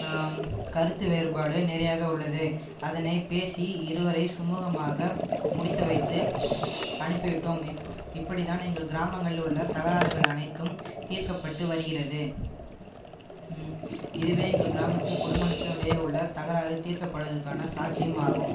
கருத்து வேறுபாடு நிறையா உள்ளது அதனை பேசி இருவரை சுமுகமாக முடித்து வைத்து அனுப்பி விட்டோம் இப் இப்படித்தான் எங்கள் கிராமங்களில் உள்ள தகராறுகள் அனைத்தும் தீர்க்கப்பட்டு வருகிறது இதுவே எங்கள் கிராமத்தில் குடும்பங்களுக்கும் இடையே உள்ள தகராறு தீர்க்கப்படுவதற்கான சாட்சியும் ஆகும்